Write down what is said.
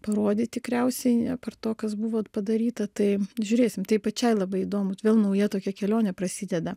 parodyt tikriausiai apart to kas buvo padaryta tai žiūrėsim tai pačiai labai įdomu vėl nauja tokia kelionė prasideda